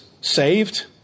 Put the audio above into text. saved